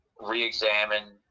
re-examine